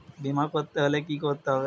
বিমা করতে হলে কি করতে হবে?